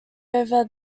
over